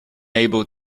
able